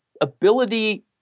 ability